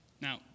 Now